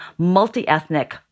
multiethnic